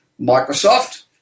Microsoft